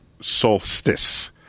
solstice